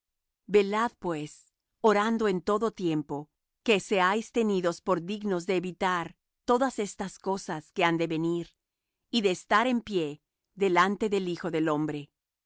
velad pues orando en todo tiempo que seáis tenidos por dignos de evitar todas estas cosas que han de venir y de estar en pie delante del hijo del hombre